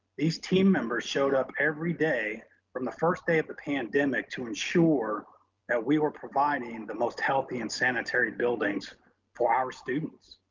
these team members showed up every day from the first day of the pandemic to ensure that we were providing the most healthy and sanitary buildings for our students,